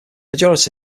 majority